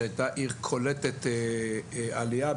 שהייתה עיר קולטת עלייה.